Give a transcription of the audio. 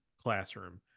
classroom